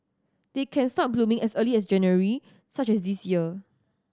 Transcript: they can start blooming as early as January such as this year